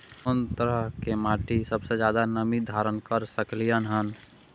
कोन तरह के माटी सबसे ज्यादा नमी धारण कर सकलय हन?